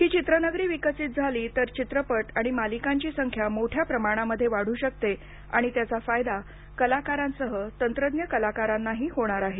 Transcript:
ही चित्रनगरी विकसित झाली तर चित्रपट आणि मालिकांची संख्या मोठ्या प्रमाणामध्ये वाढू शकते आणि त्याचा फायदा कलाकारांसह तंत्रज्ञ कलाकारांनाही होणार आहे